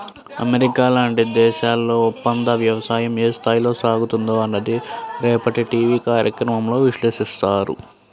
America లాంటి దేశాల్లో ఒప్పందవ్యవసాయం ఏ స్థాయిలో సాగుతుందో అన్నది రేపటి టీవీ కార్యక్రమంలో విశ్లేషిస్తారు